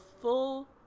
full